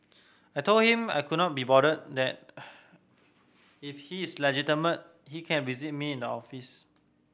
I told him I could not be bothered that if he is legitimate he can visit me in the office